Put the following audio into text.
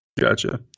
Gotcha